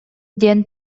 диэн